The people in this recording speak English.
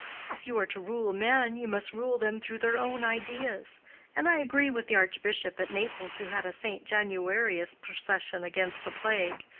if you are to rule men, you must rule them through their own ideas and i agree with the archbishop at naples who had a st. januarius procession against the plague.